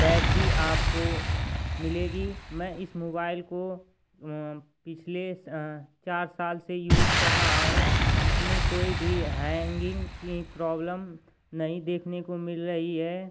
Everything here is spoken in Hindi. बैटरी आपको मिलेगी मैं इस मोबाइल को पिछले चार साल से यूज़ कर रहा हूँ इसमें कोई भी हैन्गिन्ग की प्रॉब्लम नहीं देखने को मिल रही है